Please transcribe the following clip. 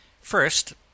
First